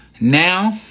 Now